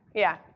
yeah,